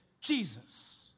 Jesus